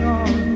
on